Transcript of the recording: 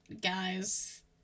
guys